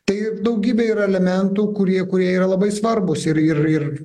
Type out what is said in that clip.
tai ir daugybė yra elementų kurie kurie yra labai svarbūs ir ir ir